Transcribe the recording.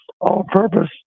all-purpose